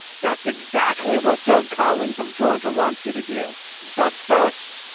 that's exactly what doug collins of georgia wants you to do. but first,